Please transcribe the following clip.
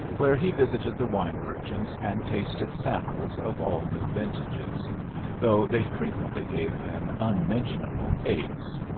where he visited the wine-merchants, and tasted samples of all new vintages though they frequently gave him unmentionable aches.